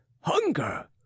hunger